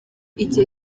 igihe